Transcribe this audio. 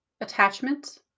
attachment